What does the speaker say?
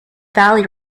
valley